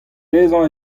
dezhañ